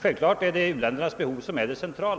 Självklart är det u-ländernas behov som är det centrala.